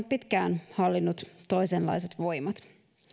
pitkään hallinneet toisenlaiset voimat